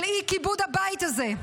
של אי-כיבוד הבית הזה.